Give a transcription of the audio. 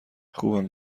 خوبم